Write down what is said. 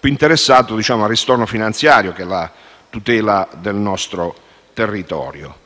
più interessato al ristoro finanziario che alla tutela del nostro territorio.